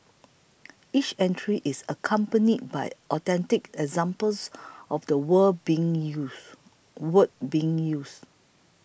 each entry is accompanied by authentic examples of the word being used word being used